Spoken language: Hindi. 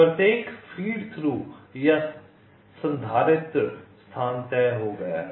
प्रत्येक फ़ीड थ्रू का संधारित्र स्थान तय हो गया है